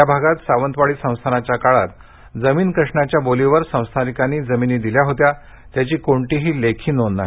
या भागात सावंतवाडी संस्थानाच्या काळात जमीन कसण्याच्या बोलीवर संस्थानिकांनी जमिनी दिल्या होत्या त्यांची कोणतीही लेखी नोंद नाही